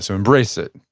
so embrace it.